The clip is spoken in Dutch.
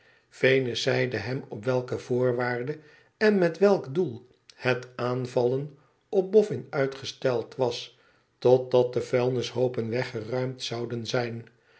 venus zeide hem op welke voorwaarde en met welk doel het aanvallen op boffin uitgesteld was totdat de vuilnishoopen weggeruimd zouden zijn